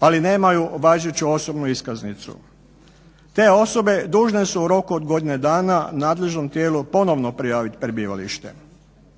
ali nemaju važeću osobnu iskaznicu. Te osobe dužne su u roku od godine dana nadležnom tijelu ponovno prijaviti prebivalište.